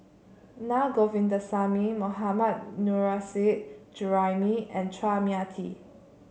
Na Govindasamy Mohammad Nurrasyid Juraimi and Chua Mia Tee